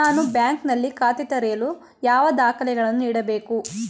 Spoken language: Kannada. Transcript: ನಾನು ಬ್ಯಾಂಕ್ ನಲ್ಲಿ ಖಾತೆ ತೆರೆಯಲು ಯಾವ ದಾಖಲೆಗಳನ್ನು ನೀಡಬೇಕು?